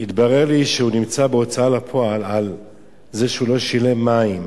התברר לי שהוא נמצא בהוצאה לפועל על זה שהוא לא שילם מים.